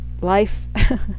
life